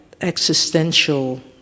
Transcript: existential